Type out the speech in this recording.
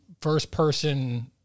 first-person